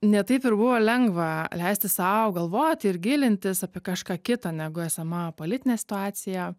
ne taip ir buvo lengva leisti sau galvoti ir gilintis apie kažką kitą negu esama politinė situacija